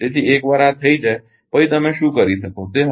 તેથી એકવાર આ થઈ જાય પછી તમે શું કરી શકો તે હવે આ જુઓ